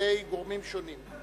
על-ידי גורמים שונים.